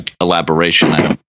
elaboration